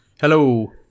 Hello